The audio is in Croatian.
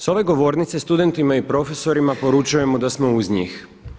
Sa ove govornice studentima i profesorima poručujemo da smo uz njih.